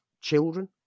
children